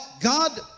God